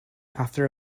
after